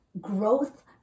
growth